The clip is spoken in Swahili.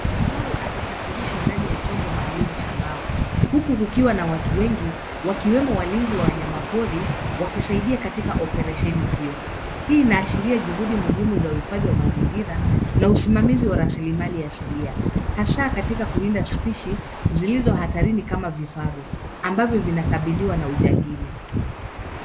Kifaru akisafirishwa ndani ya chombo maalum cha mbao, huku kukiwa na watu wengi wakiwemo walinzi wa wanyamapori wakisaidia katika operesheni hio. Hii inaashiria juhudi muhimu za uhifadhi wa mazingira na usimamizi wa rasilimali asilia, hasa katika kulinda spishi zilizo hatarini kama vifaru, ambavyo vinakabiliwa na ujangili.